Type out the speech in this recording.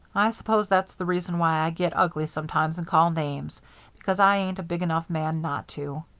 i suppose that's the reason why i get ugly sometimes and call names because i ain't a big enough man not to.